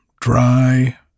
dry